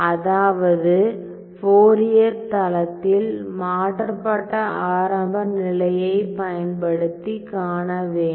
அதாவது ஃபோரியர் தளத்தில் மாற்றப்பட்ட ஆரம்ப நிலையைப் பயன்படுத்தி காண வேண்டும்